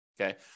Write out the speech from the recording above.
Okay